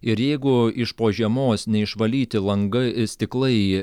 ir jeigu iš po žiemos neišvalyti langai e stiklai